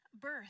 Birth